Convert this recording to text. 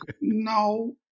No